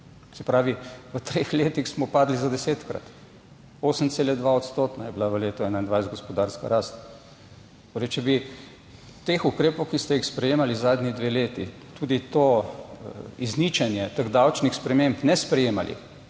Se pravi, v treh letih smo padli za desetkrat, 8,2-odstotna je bila v letu 2021 gospodarska rast. Torej, če bi teh ukrepov, ki ste jih sprejemali zadnji dve leti, tudi to izničenje teh davčnih sprememb, ne sprejemali,